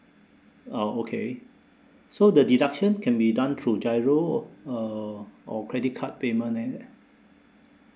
ah okay so the deduction can be done through GIRO uh or credit card payment and